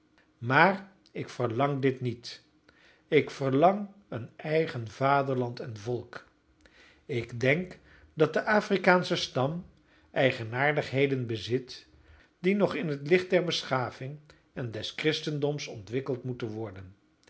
maar ik verlang dit niet ik verlang een eigen vaderland en volk ik denk dat de afrikaansche stam eigenaardigheden bezit die nog in het licht der beschaving en des christendoms ontwikkeld moeten worden